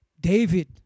David